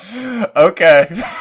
Okay